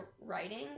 writing